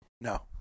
No